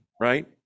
right